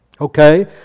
okay